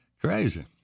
Crazy